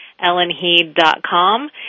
ellenheed.com